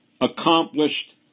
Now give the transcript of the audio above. accomplished